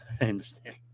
understand